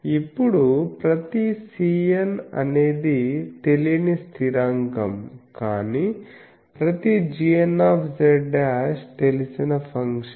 ఇప్పుడు ప్రతి cn అనేది తెలియని స్థిరాంకం కానీ ప్రతి gnz తెలిసిన ఫంక్షన్